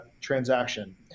transaction